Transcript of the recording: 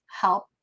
help